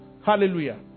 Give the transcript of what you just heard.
Hallelujah